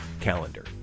calendar